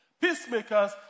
Peacemakers